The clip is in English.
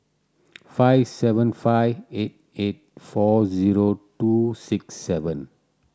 five seven five eight eight four zero two six seven